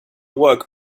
work